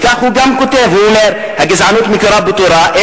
וכך הוא גם כותב ואומר: הגזענות מקורה בתורה.